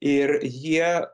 ir jie